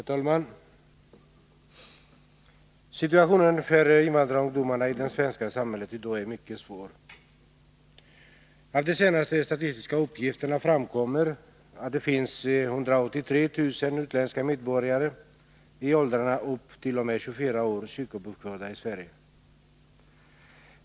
Herr talman! Situationen för invandrarungdomarna i det svenska samhället i dag är mycket svår. Av de senaste statistiska uppgifterna framgår att det finns 183 000 utländska medborgare i åldrarna upp t.o.m. 24 år kyrkobokförda i Sverige.